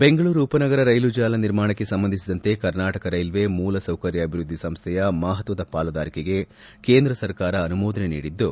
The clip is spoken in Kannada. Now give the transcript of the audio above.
ಬೆಂಗಳೂರು ಉಪನಗರ ರೈಲು ಜಾಲ ನಿರ್ಮಾಣಕ್ಕೆ ಸಂಬಂಧಿಸಿದಂತೆ ಕರ್ನಾಟಕ ರೈಲ್ವೆ ಮೂಲ ಸೌಕರ್ಯ ಅಭಿವದ್ಲಿ ಸಂಸ್ಥೆಯ ಮಪತ್ತದ ಪಾಲುದಾರಿಕೆಗೆ ಕೇಂದ್ರ ಸರ್ಕಾರ ಅನುಮೋದನೆ ನೀಡಿದ್ದು